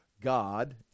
God